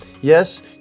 Yes